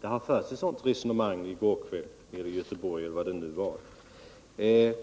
det fördes ett sådant resonemang i går kväll i Göteborg eller var det nu var.